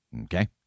Okay